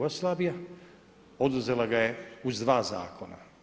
Oduzela ga je uz dva zakona.